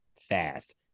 fast